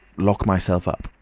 lock myself up.